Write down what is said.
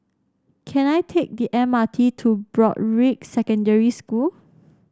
can I take the M R T to Broadrick Secondary School